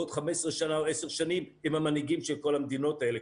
בעוד 15 שנה או עשר שנים הם המנהיגים של כל המדינות האלה.